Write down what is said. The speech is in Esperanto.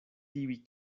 tiuj